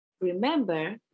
remember